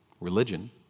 religion